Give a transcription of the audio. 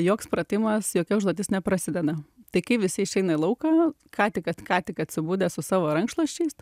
joks pratimas jokia užduotis neprasideda tai kai visi išeina į lauką ką tik kad ką tik atsibudę su savo rankšluosčiais